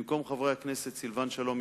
במקום חברי הכנסת סילבן שלום,